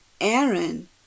Aaron